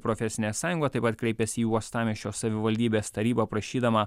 profesinė sąjunga taip pat kreipėsi į uostamiesčio savivaldybės tarybą prašydama